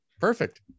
Perfect